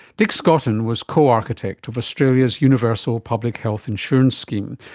dick scotton was co-architect of australia's universal public health insurance scheme,